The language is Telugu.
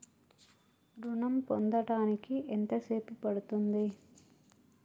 ఋణం పొందడానికి ఎంత సేపు పడ్తుంది?